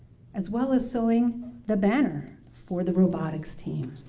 as well as sewing the banner for the robotics team.